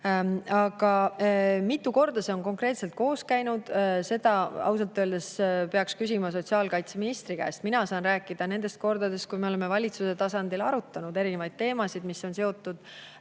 seda, mitu korda see on konkreetselt koos käinud, peaks ausalt öeldes küsima sotsiaalkaitseministri käest. Mina saan rääkida nendest kordadest, kui me oleme valitsuse tasandil arutanud erinevaid teemasid, mis on seotud